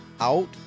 out